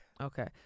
Okay